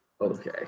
Okay